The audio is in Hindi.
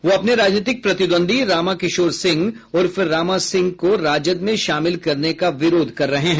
वह अपने राजनीतिक प्रतिद्वंदी रामाकिशोर सिंह उर्फ रामा सिंह को राजद में शामिल करने का विरोध कर रहे हैं